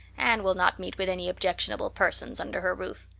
anne will not meet with any objectionable persons under her roof.